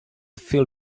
fell